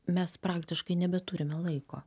mes praktiškai nebeturime laiko